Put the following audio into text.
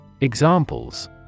Examples